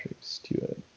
stewart